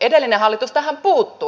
edellinen hallitus tähän puuttui